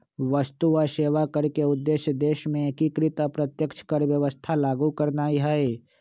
वस्तु आऽ सेवा कर के उद्देश्य देश में एकीकृत अप्रत्यक्ष कर व्यवस्था लागू करनाइ हइ